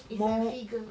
it's a figure